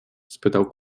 spytał